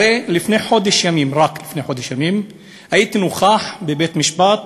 הרי רק לפני חודש ימים הייתי נוכח בבית-משפט